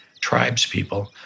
tribespeople